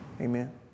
Amen